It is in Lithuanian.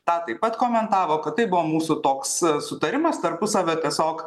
tą taip pat komentavo kad tai buvo mūsų toks sutarimas tarpusavio tiesiog